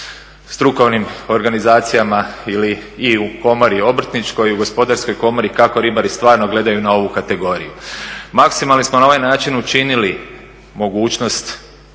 strukovnim organizacijama ili i u komori obrtničkoj i u Gospodarskoj komori kako ribari stvarno gledaju na ovu kategoriju. Maksimalni smo na ovaj način učinili mogućnost